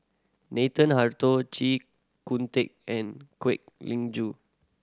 Nathan Hartono Chee Kong Tet and Kwek Ling Joo